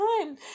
time